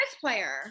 player